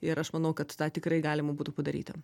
ir aš manau kad tą tikrai galima būtų padaryti